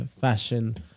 fashion